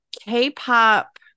K-pop